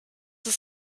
ist